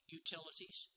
utilities